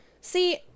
See